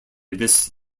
this